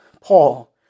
Paul